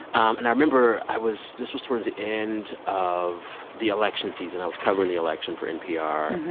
um and i remember i was this was towards the end of the election season. i was covering the election for npr.